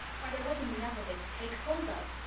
why, there wasn't enough of it to take hold of.